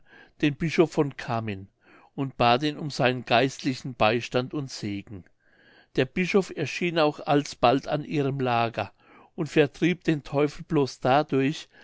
dem bischof von cammin und bat ihn um seinen geistlichen beistand und segen der bischof erschien auch alsbald an ihrem lager und vertrieb den teufel blos dadurch